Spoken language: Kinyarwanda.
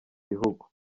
gihugu